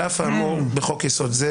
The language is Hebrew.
על אף האמור בחוק יסוד זה